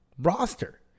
Roster